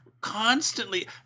constantly